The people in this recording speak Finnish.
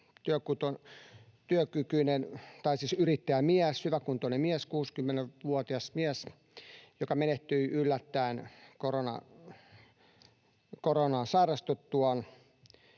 yrittäjämies, hyväkuntoinen mies, 60‑vuotias mies, joka menehtyi yllättäen koronaan sairastuttuaan.